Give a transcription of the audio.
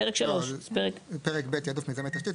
פרק 3. פרק ב' תיעדוף מיזמי תשתית.